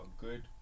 good